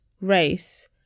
race